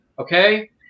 Okay